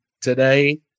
today